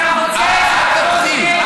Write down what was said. אתה רוצה שנחתום שנינו.